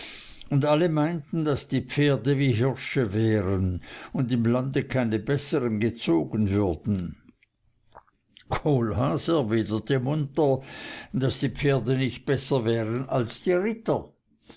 und alle meinten daß die pferde wie hirsche wären und im lande keine bessern gezogen würden kohlhaas erwiderte munter daß die pferde nicht besser wären als die ritter